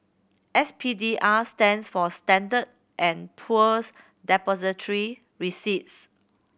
S P D R stands for Standard snd Poor's Depository Receipts